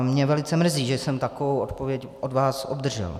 Mě velice mrzí, že jsem takovou odpověď od vás obdržel.